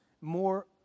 more